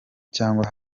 cyangwa